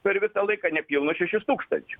per visą laiką nepilnus šešis tūkstančius